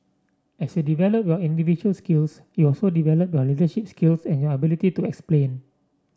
as you develop your individual skills you also develop your leadership skills and your ability to explain